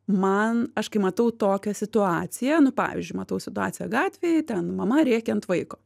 man aš kai matau tokią situaciją nu pavyzdžiui matau situaciją gatvėj ten mama rėkia ant vaiko